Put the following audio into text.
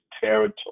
territory